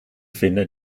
vinden